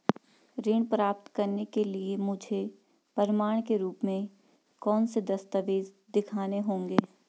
ऋण प्राप्त करने के लिए मुझे प्रमाण के रूप में कौन से दस्तावेज़ दिखाने होंगे?